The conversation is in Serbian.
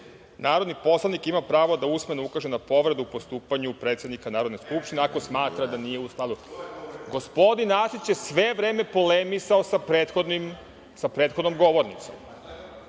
Narodni poslanik ima pravo da usmeno ukaže na povredu u postupanju predsednika Narodne skupštine, ako smatra da nije u skladu.“Gospodin Arsić je sve vreme polemisao sa prethodnom govornicom.